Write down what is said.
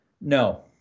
No